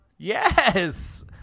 yes